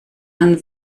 man